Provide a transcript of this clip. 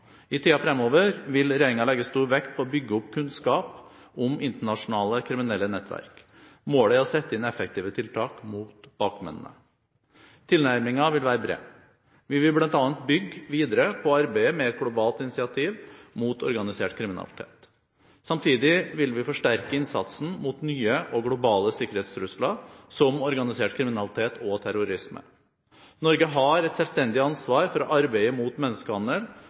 I tiden fremover vil regjeringen legge stor vekt på å bygge opp kunnskap om internasjonale kriminelle nettverk. Målet er å sette inn effektive tiltak mot bakmennene. Tilnærmingen vil være bred: Vi vil bl.a. bygge videre på arbeidet med et globalt initiativ mot organisert kriminalitet. Samtidig vil vi forsterke innsatsen mot nye og globale sikkerhetstrusler, som organisert kriminalitet og terrorisme. Norge har et selvstendig ansvar for å arbeide mot menneskehandel